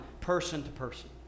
person-to-person